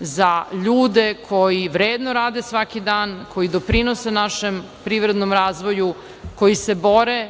za ljude koji vredno rade svaki dan, koji doprinose našem privrednom razvoju, koji se bore